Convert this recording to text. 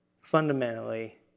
fundamentally